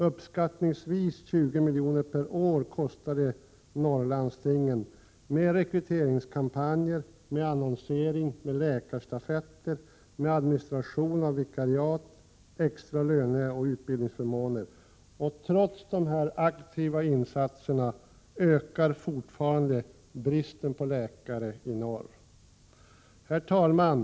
Uppskattningsvis kostar det Norrlandslandstingen 20 milj.kr. årligen med rekryteringskampanjer, annonsering, läkarstafetter, administration av vikariat, extra löneoch utbildningsförmåner, m.m. Och trots dessa aktiva insatser blir bristen på läkare i norr större. Herr talman!